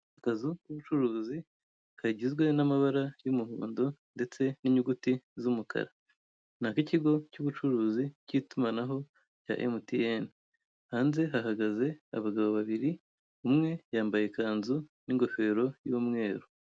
Akazu k'umucuruzi kagizwe n'amabara y'umuhondo ndetse ninyuguti z'umukara. Ni ak'icyigo cy'ubucuruzi cy'itumanaho cya MTN, hanze hahagaze abagabo babiri umwe yambaye ikanzu n'ingofero y'umweru.